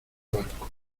barco